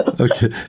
Okay